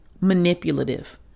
manipulative